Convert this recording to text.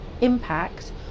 impact